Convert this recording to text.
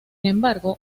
embargo